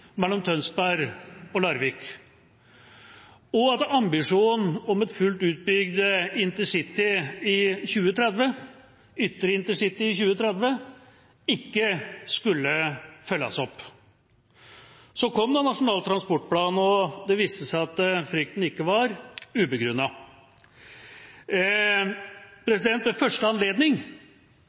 mellom Tønsberg og Larvik, og at ambisjonen om et fullt utbygd ytre intercity i 2030 ikke skulle følges opp. Så kom Nasjonal transportplan, og det viste seg at frykten ikke var ubegrunnet. Men ved første anledning